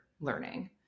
learning